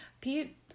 Pete